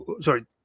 sorry